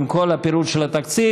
עם כל הפירוט של התקציב.